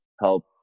help